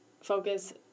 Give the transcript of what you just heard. focus